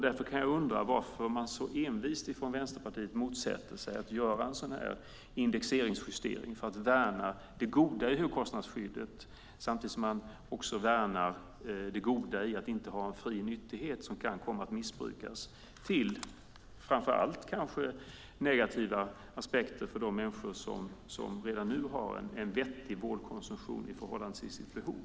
Därför undrar jag varför man från Vänsterpartiets sida så envist motsätter sig att göra en indexeringsjustering för att värna det goda i högkostnadsskyddet, samtidigt som man också värnar det goda i att inte ha en fri nyttighet som kan komma att missbrukas, med negativa aspekter för kanske framför allt de människor som redan nu har en vettig vårdkonsumtion i förhållande till sitt behov.